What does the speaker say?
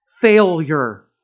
failure